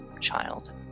child